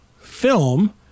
film